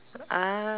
ah